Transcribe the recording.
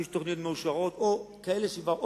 יש תוכניות מאושרות או כאלה שכבר,